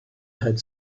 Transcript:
had